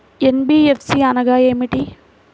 NBFC అనగా ఏమిటీ?